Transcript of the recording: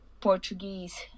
Portuguese